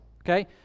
okay